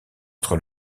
entre